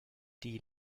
die